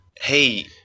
hey